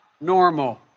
normal